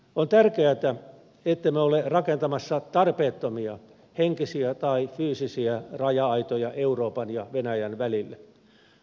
on tärkeätä ettemme ole rakentamassa tarpeettomia henkisiä tai fyysisiä raja aitoja euroopan ja venäjän välille